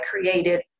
created